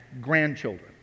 grandchildren